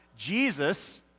Jesus